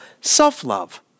self-love